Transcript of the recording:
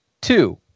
Two